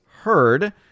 heard